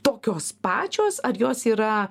tokios pačios ar jos yra